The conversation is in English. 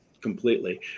completely